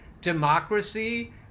democracy